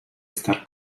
estar